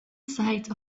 side